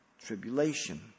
tribulation